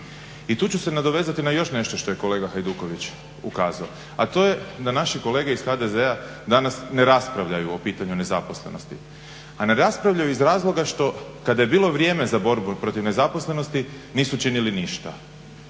I tu ću se nadovezati na još nešto što je kolega Hajduković ukazao, a to je da naši kolege iz HDZ-a danas ne raspravljaju o pitanju nezaposlenosti. A ne raspravljaju iz razloga što kada je bilo vrijeme za borbu protiv nezaposlenosti nisu činili ništa.